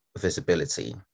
visibility